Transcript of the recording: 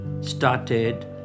started